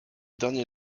dernier